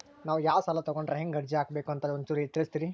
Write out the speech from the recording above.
ನಾವು ಯಾ ಸಾಲ ತೊಗೊಂಡ್ರ ಹೆಂಗ ಅರ್ಜಿ ಹಾಕಬೇಕು ಅಂತ ಒಂಚೂರು ತಿಳಿಸ್ತೀರಿ?